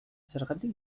zergatik